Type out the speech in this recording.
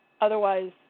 Otherwise